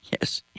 Yes